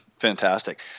Fantastic